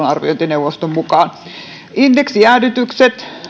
arviointineuvoston mukaan pelastaneet peruskoulun indeksijäädytykset